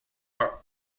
are